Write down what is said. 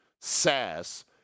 sass